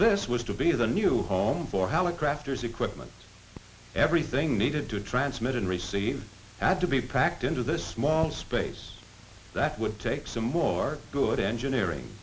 this was to be the new home for hallicrafters equipment everything needed to transmit and receive had to be packed into this small space that would take some more good engineering